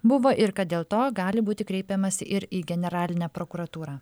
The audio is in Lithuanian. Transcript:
buvo ir kad dėl to gali būti kreipiamasi ir į generalinę prokuratūrą